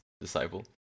disciple